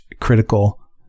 critical